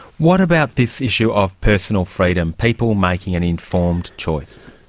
what about this issue of personal freedom, people making an informed choice?